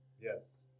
Yes